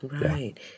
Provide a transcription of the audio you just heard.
Right